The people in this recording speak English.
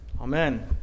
Amen